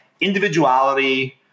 individuality